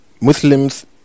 Muslims